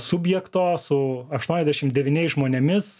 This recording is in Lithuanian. subjekto su aštuoniasdešim devyniais žmonėmis